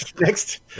next